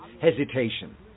hesitation